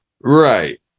right